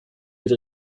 wird